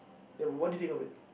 then what do you think of it